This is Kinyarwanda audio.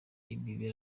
ibi